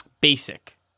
basic